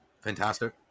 Fantastic